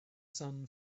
sun